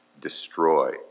destroy